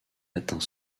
atteint